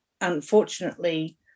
unfortunately